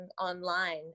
online